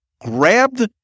grabbed